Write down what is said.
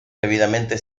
debidamente